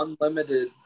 unlimited